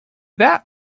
that